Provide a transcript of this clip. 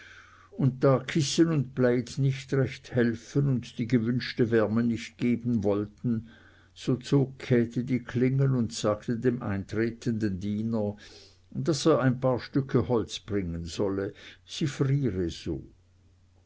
und da kissen und plaid nicht recht helfen und die gewünschte wärme nicht geben wollten so zog käthe die klingel und sagte dem eintretenden diener daß er ein paar stücke holz bringen solle sie friere so